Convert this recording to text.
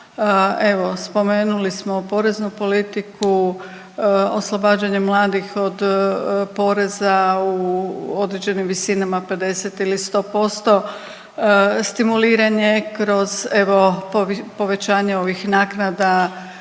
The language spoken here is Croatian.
Evo spomenuli smo poreznu politiku, oslobađanje mladih od poreza u određenim visinama 50 ili 100%, stimuliranje kroz evo povećanje ovih naknada